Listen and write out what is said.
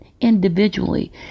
individually